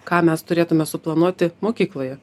ką mes turėtume suplanuoti mokykloje